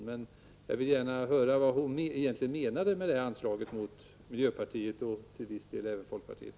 Jag vill alltså gärna höra vad Grethe Lundblad egentligen menar med sitt anslag mot miljöpartiet och, i viss mån, även mot folkpartiet.